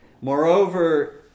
Moreover